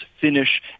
finish